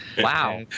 Wow